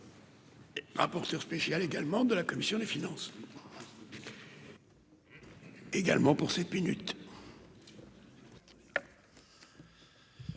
Rapporteur spécial également de la commission des finances. également pour cette minutes.